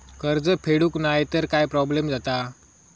कर्ज फेडूक नाय तर काय प्रोब्लेम जाता?